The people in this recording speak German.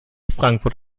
frankfurt